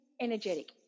energetic